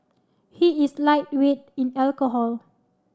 he is lightweight in alcohol